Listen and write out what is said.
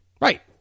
Right